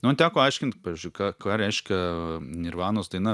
nu man teko aiškint pavyzdžiui ką ką reiškia nirvanos daina